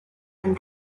and